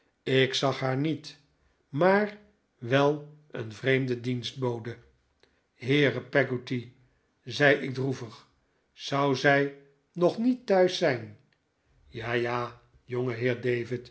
ik zag haar niet maar wel een vreemde dienstbode heere peggotty zei ik droevig zou zij nog niet thuis zijn ja ja